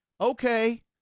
Okay